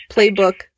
Playbook